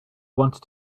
wanted